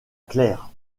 claire